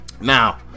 Now